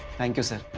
thank you, sir.